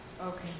Okay